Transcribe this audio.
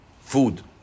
food